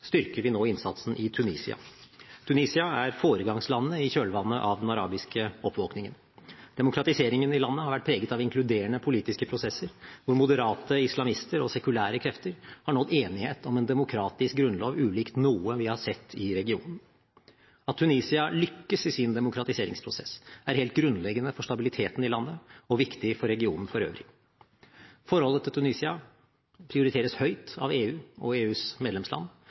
styrker vi nå innsatsen i Tunisia. Tunisia er foregangslandet i kjølvannet av «den arabiske oppvåkningen». Demokratiseringen i landet har vært preget av inkluderende politiske prosesser, hvor moderate islamister og sekulære krefter har nådd enighet om en demokratisk grunnlov ulik noe vi har sett i regionen. At Tunisia lykkes i sin demokratiseringsprosess er helt grunnleggende for stabiliteten i landet og viktig for regionen for øvrig. Forholdet til Tunisia prioriteres høyt av EU og EUs medlemsland,